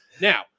Now